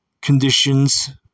conditions